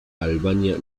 albania